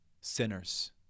Sinners